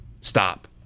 Stop